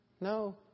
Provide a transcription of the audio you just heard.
No